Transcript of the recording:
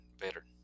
better